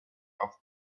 auf